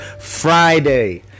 Friday